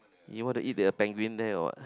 you want to eat their penguin there or what